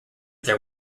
their